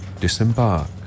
disembark